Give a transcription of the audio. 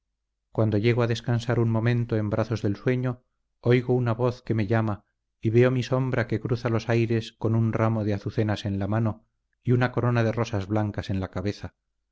cuando llego a descansar un momento en brazos del sueño oigo una voz que me llama y veo mi sombra que cruza los aires con un ramo de azucenas en la mano y una corona de rosas blancas en la cabeza